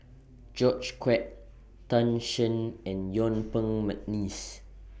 George Quek Tan Shen and Yuen Peng Mcneice